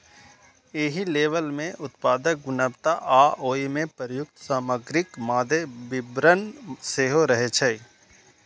एहि लेबल मे उत्पादक गुणवत्ता आ ओइ मे प्रयुक्त सामग्रीक मादे विवरण सेहो रहै छै